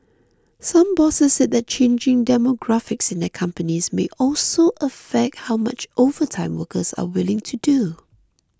some bosses said that changing demographics in their companies may also affect how much overtime workers are willing to do